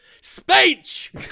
speech